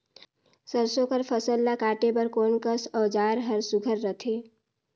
सरसो कर फसल ला काटे बर कोन कस औजार हर सुघ्घर रथे?